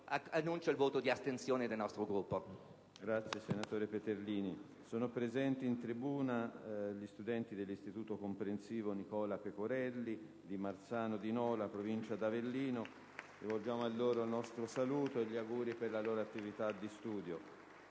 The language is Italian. annuncio il voto di astensione del nostro Gruppo.